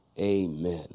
Amen